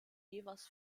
evers